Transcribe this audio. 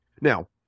Now